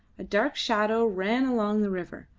a dark shadow ran along the river,